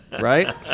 right